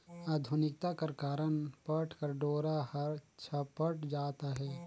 आधुनिकता कर कारन पट कर डोरा हर छपत जात अहे